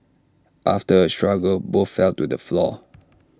after A struggle both fell to the floor